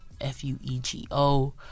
F-U-E-G-O